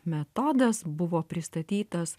metodas buvo pristatytas